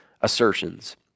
assertions